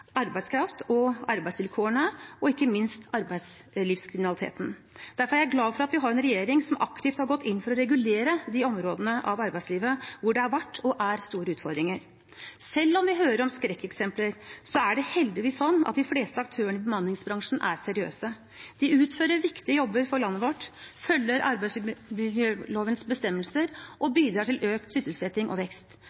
arbeidskraft, arbeidsvilkårene og ikke minst arbeidslivskriminaliteten. Derfor er jeg glad for at vi har en regjering som aktivt har gått inn for å regulere de områdene av arbeidslivet hvor det har vært og er store utfordringer. Selv om vi hører om skrekkeksempler, er det heldigvis slik at de fleste aktørene i bemanningsbransjen er seriøse. De utfører viktige jobber for landet vårt, følger arbeidsmiljølovens bestemmelser og